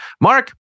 Mark